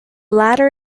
latter